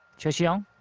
choi si-young,